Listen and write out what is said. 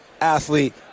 athlete